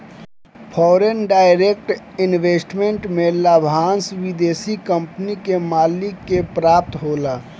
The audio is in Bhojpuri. फॉरेन डायरेक्ट इन्वेस्टमेंट में लाभांस विदेशी कंपनी के मालिक के प्राप्त होला